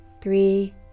three